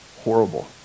horrible